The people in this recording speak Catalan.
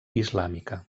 islàmica